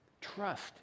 Trust